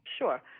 Sure